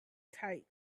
tight